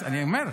אני אומר.